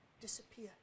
disappear